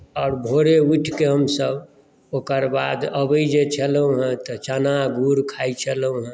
आओर भोरे उठिकेँ हमसभ ओकर बाद अबैत जे छलहुँ हेँ तऽ चना गुड़ खाइत छलहुँ हेँ